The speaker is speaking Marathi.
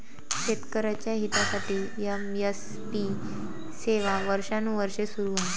शेतकऱ्यांच्या हितासाठी एम.एस.पी सेवा वर्षानुवर्षे सुरू आहे